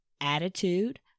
attitude